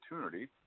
opportunity –